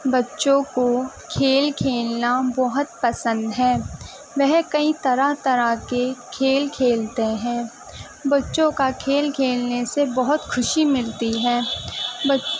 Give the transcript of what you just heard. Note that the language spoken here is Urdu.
بچوں کو کھیل کھیلنا بہت پسند ہے وہ کئی طرح طرح کے کھیل کھیلتے ہیں بچوں کا کھیل کھیلنے سے بہت خوشی ملتی ہے